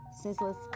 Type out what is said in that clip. Senseless